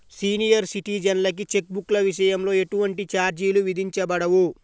senior సిటిజన్లకి cheque బుక్ల విషయంలో ఎటువంటి ఛార్జీలు విధించబడవు